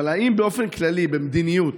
האם באופן כללי במדיניות,